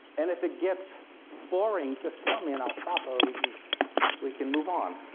and if it gets boring just tell me and i'll stop or we can we can move on.